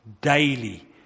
daily